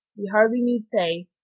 we hardly need say,